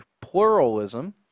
pluralism